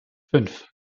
fünf